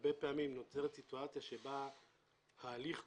הרבה פעמים נוצרת סיטואציה שבה ההליך כולו,